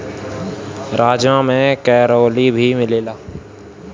राजमा में कैलोरी भी मिलेला